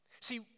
See